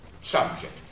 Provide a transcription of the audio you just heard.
subject